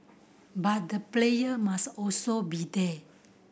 but the player must also be there